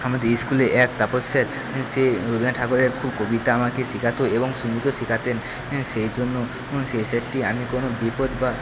আমাদের ইস্কুলে এক তাপস স্যার সে রবীন্দ্রনাথ ঠাকুরের খুব কবিতা আমাকে শেখাত এবং সঙ্গীতও শেখাতেন সেইজন্য সেই স্যারটি আমি কোনো বিপদ বা